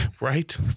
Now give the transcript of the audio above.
Right